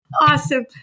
awesome